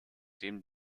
dem